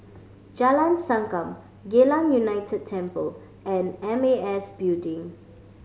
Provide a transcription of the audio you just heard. Jalan Sankam Geylang United Temple and M A S Building